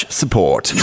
support